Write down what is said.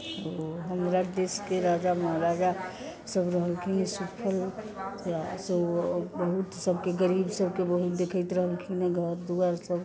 हमरा दिस के राजा महाराजा सब रहलखिन बहुत सबके गरीब सबके ओहि देखैत रहलखिन हँ घर दुआरि सब